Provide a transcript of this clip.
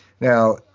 Now